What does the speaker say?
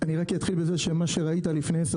אני אתחיל בזה שמה שראית לפני עשר